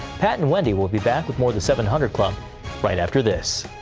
pat and wendy will be back with more of the seven hundred club right after this.